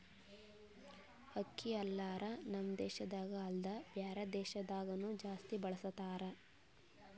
ಅಕ್ಕಿ ಹಲ್ಲರ್ ನಮ್ ದೇಶದಾಗ ಅಲ್ದೆ ಬ್ಯಾರೆ ದೇಶದಾಗನು ಜಾಸ್ತಿ ಬಳಸತಾರ್